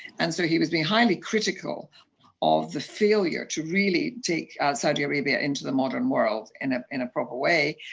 and so he was being highly critical of the failure to really take saudi arabia into the modern world and in a proper way,